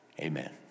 Amen